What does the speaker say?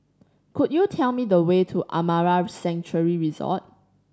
could you tell me the way to Amara Sanctuary Resort